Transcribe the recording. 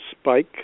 spike